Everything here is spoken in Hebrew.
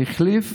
החליף